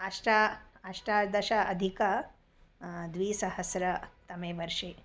अष्टा अष्टादशाधिक द्विसहस्रतमे वर्षे